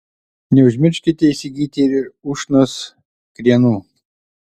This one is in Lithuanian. neužmirškite įsigyti ir ušnos krienų